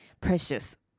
precious